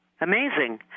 Amazing